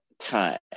time